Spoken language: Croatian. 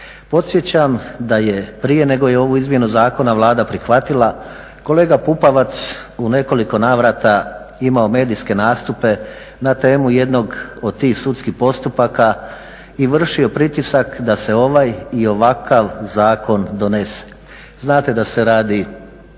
Podsjećam da je prije nego je ovu izmjenu zakona Vlada prihvatila kolega Pupovac u nekoliko navrata imao medijske nastupe na temu jednog od tih sudskih postupaka i vršio pritisak da se ovaj i ovakav zakon donese. Znate da se radi